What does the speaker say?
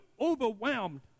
overwhelmed